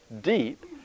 deep